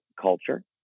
culture